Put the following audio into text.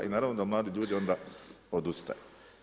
I naravno da mladi ljudi onda odustaju.